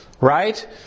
right